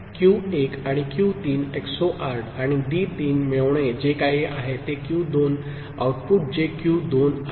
Q 1 आणि Q 3 XORed आणि D 3 मिळवणे जे काही आहे ते क्यू 2 आउटपुट जे क्यू 2 आहे